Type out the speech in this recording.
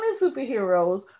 superheroes